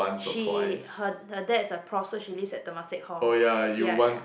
she her her dad's a prof so she lives at Temasek-Hall ya ya ya